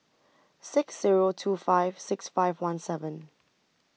six Zero two five six five one seven